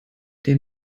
der